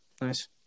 Nice